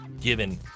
given